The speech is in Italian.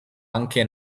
anche